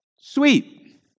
sweet